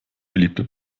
beliebte